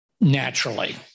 naturally